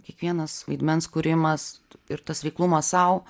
kiekvienas vaidmens kūrimas ir tas reiklumas sau